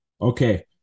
Okay